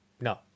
no